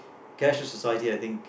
cashless society I think